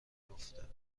افتد